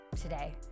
today